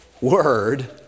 word